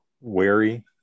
Wary